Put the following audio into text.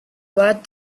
worth